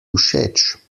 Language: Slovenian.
všeč